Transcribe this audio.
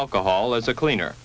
alcohol as a cleaner